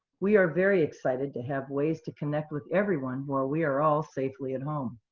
we are very excited to have ways to connect with everyone while we are all safely at home.